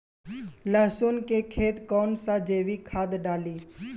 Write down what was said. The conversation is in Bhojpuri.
लहसुन के खेत कौन सा जैविक खाद डाली?